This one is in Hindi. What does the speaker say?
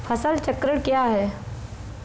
फसल चक्रण क्या है?